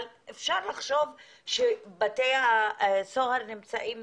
אפשר לחשוב שבתי הסוהר נמצאים